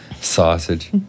sausage